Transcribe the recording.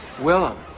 willem